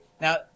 Now